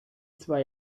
zwei